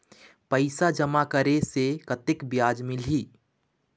पैसा जमा करे से कतेक ब्याज मिलही?